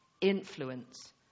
Influence